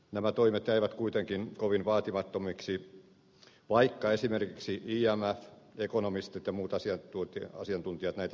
nämä toimet jäivät kuitenkin kovin vaatimattomiksi vaikka esimerkiksi imf ekonomistit ja muut asiantuntijat näitä suosittelivat